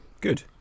Good